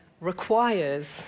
requires